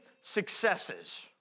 successes